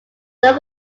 look